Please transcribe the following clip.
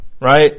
right